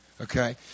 Okay